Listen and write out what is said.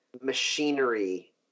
machinery